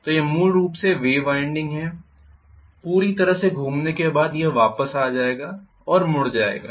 तो यह मूल रूप से वेव वाइंडिंग है पूरी तरह से घूमने के बाद यह वापस आ जाएगा और मुड़ जाएगा